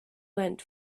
went